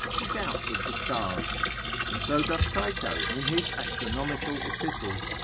he doubts of the stars and so doth tycho in his astronomical epistles,